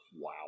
Wow